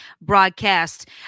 broadcast